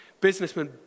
businessmen